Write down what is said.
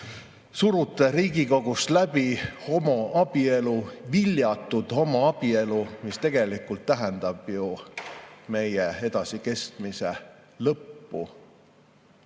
surute Riigikogust läbi homoabielu, viljatut homoabielu, mis tegelikult tähendab ju meie edasikestmise lõppu.